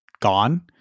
gone